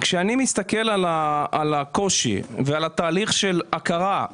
כשאני מסתכל על הקושי ועל התהליך של הכרה